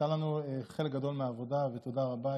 עשתה לנו חלק גדול מהעבודה, תודה רבה.